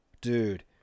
Dude